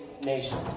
nation